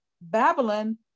Babylon